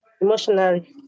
emotionally